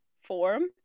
form